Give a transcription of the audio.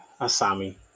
Asami